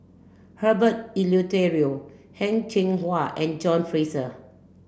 Herbert Eleuterio Heng Cheng Hwa and John Fraser